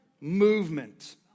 movement